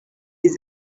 his